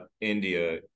India